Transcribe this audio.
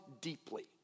deeply